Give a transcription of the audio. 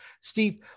Steve